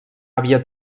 havia